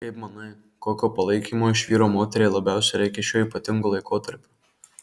kaip manai kokio palaikymo iš vyro moteriai labiausiai reikia šiuo ypatingu laikotarpiu